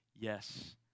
Yes